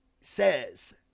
says